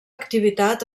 activitat